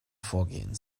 vorgehen